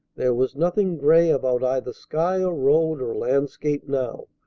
there was nothing gray about either sky or road or landscape now.